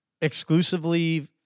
exclusively